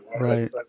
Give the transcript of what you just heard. Right